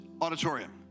auditorium